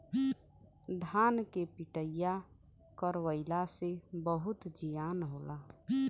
धान के पिटईया करवइले से बहुते जियान होला